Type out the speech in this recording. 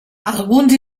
alguns